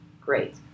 great